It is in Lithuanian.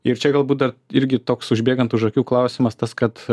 ir čia galbūt irgi toks užbėgant už akių klausimas tas kad